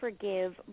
forgive